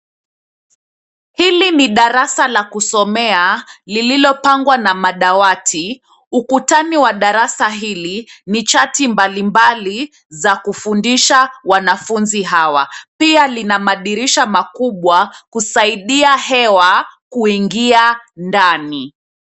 Hili ni darasa la kusomea lililopangwa na madawati, ukutani wa darasa hili ni chati mbalimbali za kufundisha wanafunzi hawa. Pia lina madirisha makubwa kusaidia hewa kuingia ndani.